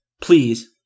Please